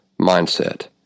mindset